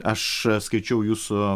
aš skaičiau jūsų